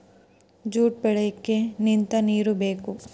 jute ಬೆಳಿಯಕ್ಕೆ ನಿಂತ ನೀರು ಬೇಕು